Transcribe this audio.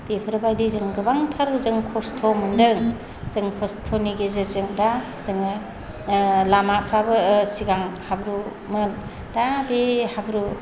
बेफोरबायदि जों गोबांथार जों खस्थ' मोन्दों जों खस्थ'नि गेजेरजों दा जोङो लामाफोराबो सिगां हाब्रुमोन दा बे हाब्रु